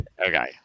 Okay